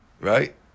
right